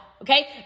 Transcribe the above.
okay